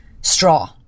straw